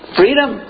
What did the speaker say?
freedom